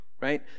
right